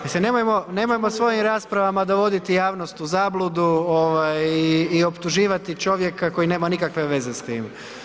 Mislim nemojmo svojim raspravama dovoditi javnost u zabludu i optuživati čovjeka koji nema nikakve veze s tim.